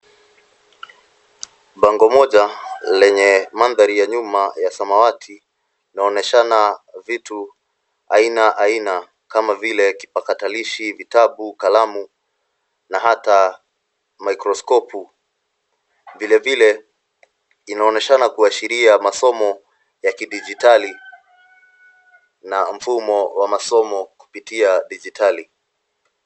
Bango moja lenye mandhari ya nyuma ya samawati linaonyeshana vitu aina aina kama vile kipakatalishi, vitabu, kalamu na hata maikroskopu. Vile vile inaonyeshana kuashiria masomo ya kidijitali na mfumo wa masomo kupitia dijitali.